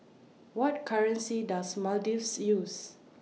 What currency Does Maldives use